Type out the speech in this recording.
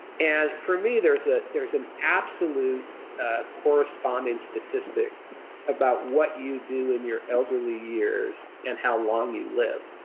and for me, there's ah there's an absolute corresponding statistic about what you do in your elderly years and how long you live.